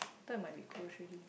I thought it might be close already